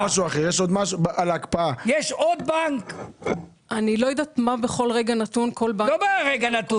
אני לא יודעת מה בכל רגע נתון כל בנק -- זה לא חייב להיות ברגע נתון,